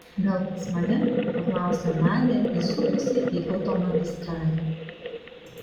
gal pas mane paklausė nadia įsukusi į automagistralę